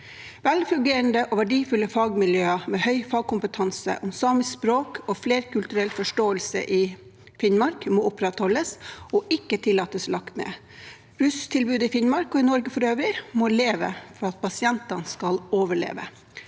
Velfungerende og verdifulle fagmiljøer med høy fagkompetanse om samisk språk og flerkulturell forståelse i Finnmark må opprettholdes og ikke tillates lagt ned. Rusbehandlingstilbudet i Finnmark – og i Norge for øvrig – må leve for at pasientene skal overleve.